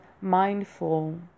mindful